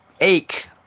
ache